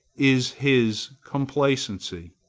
is his complacency.